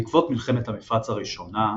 בעקבות מלחמת המפרץ הראשונה,